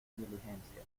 diligencia